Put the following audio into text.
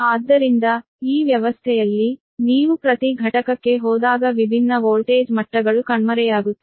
ಆದ್ದರಿಂದ ಈ ವ್ಯವಸ್ಥೆಯಲ್ಲಿ ನೀವು ಪ್ರತಿ ಘಟಕಕ್ಕೆ ಹೋದಾಗ ವಿಭಿನ್ನ ವೋಲ್ಟೇಜ್ ಮಟ್ಟಗಳು ಕಣ್ಮರೆಯಾಗುತ್ತವೆ